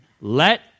Let